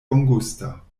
bongusta